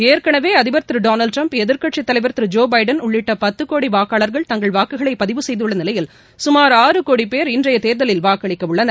ஏற்கனவே அதிபர் திரு டொனால்ட் ட்ரம்ப் எதிர்க்கட்சி தலைவர் திரு ஜோ பிடன் உள்ளிட்ட பத்து கோடி வாக்காளர்கள் தங்கள் வாக்குகளை பதிவு செய்துள்ள நிலையில் சுமார் ஆறு கோடி பேர் இன்றைய தேர்தலி வாக்களிக்க உள்ளனர்